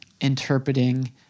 interpreting